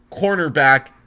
cornerback